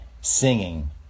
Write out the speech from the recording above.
singing